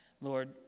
Lord